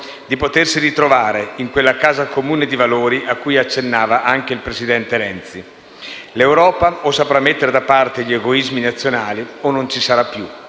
di potersi ritrovare, in quella casa comune di valori a cui accennava anche il presidente Renzi. L'Europa o saprà mettere da parte gli egoismi nazionali o non ci sarà più.